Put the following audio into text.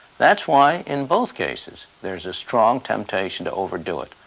that's why in both cases there is a strong temptation to overdo it,